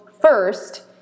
first